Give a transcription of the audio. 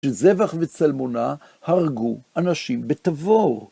שזבח וצלמונה הרגו אנשים בתבור.